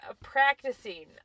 practicing